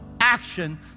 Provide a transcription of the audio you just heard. action